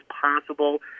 possible